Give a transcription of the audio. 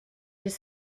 des